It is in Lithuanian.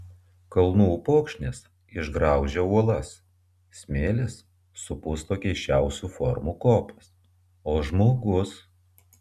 kalnų upokšnis išgraužia uolas smėlis supusto keisčiausių formų kopas o žmogus